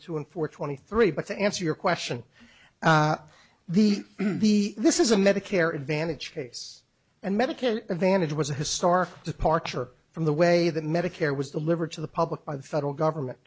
two and for twenty three but to answer your question the the this is a medicare advantage case and medicare advantage was a historic departure from the way that medicare was delivered to the public by the federal government